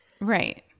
Right